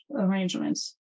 arrangements